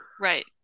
Right